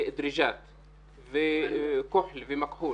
ודריג'את ומכחול?